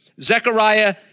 Zechariah